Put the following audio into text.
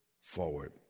forward